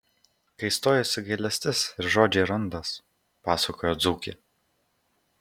kai stojasi gailestis ir žodžiai randas pasakojo dzūkė